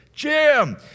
Jim